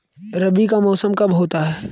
रबी का मौसम कब होता हैं?